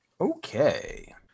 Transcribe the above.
Okay